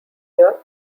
year